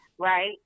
right